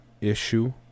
issue